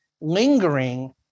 lingering